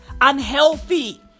unhealthy